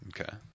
Okay